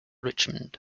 richmond